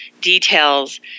details